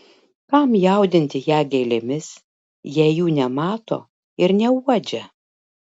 kam jaudinti ją gėlėmis jei jų nemato ir neuodžia